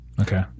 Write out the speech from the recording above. Okay